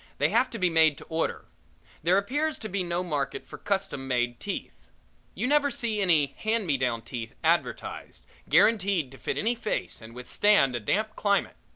they have to be made to order there appears to be no market for custom made teeth you never see any hand-me-down teeth advertised, guaranteed to fit any face and withstand a damp climate.